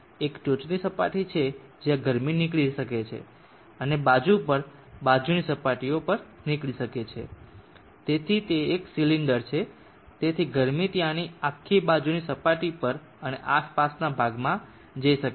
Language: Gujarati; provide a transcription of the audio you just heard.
એક ટોચની સપાટી છે જ્યાં ગરમી નીકળી શકે છે અને બાજુ પર બાજુની સપાટીઓ પર નીકળી શકે છે તેથી તે એક સિલિન્ડર છે તેથી ગરમી ત્યાંની આખી બાજુની સપાટી પર અને આસપાસના ભાગમાં જઇ શકે છે